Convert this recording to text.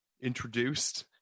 introduced